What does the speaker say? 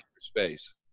space